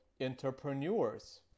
entrepreneurs